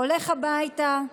הולך הביתה,